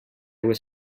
was